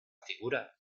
figura